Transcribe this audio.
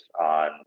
on